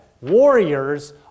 Warriors